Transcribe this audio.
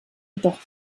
jedoch